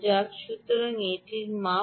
সুতরাং এটি যাইহোক 20 মাপা হয়েছে